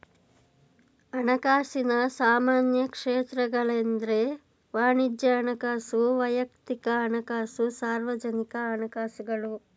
ಹಣಕಾಸಿನ ಸಾಮಾನ್ಯ ಕ್ಷೇತ್ರಗಳೆಂದ್ರೆ ವಾಣಿಜ್ಯ ಹಣಕಾಸು, ವೈಯಕ್ತಿಕ ಹಣಕಾಸು, ಸಾರ್ವಜನಿಕ ಹಣಕಾಸುಗಳು